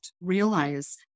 realize